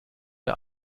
der